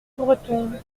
breton